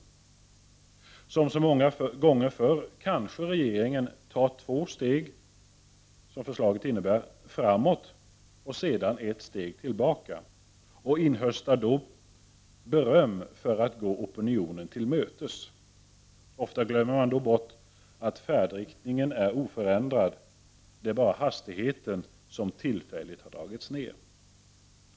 Som så många gånger förr kanske regeringen tar två steg framåt, som förslaget innebär, och sedan ett steg tillbaka och inhöstar därvid beröm för att den går opinionen till mötes. Ofta glömmer man då bort att färdriktningen är oförändrad. Det är bara hastigheten som tillfälligt har dragits ner.